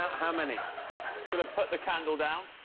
how many could have put the candle down?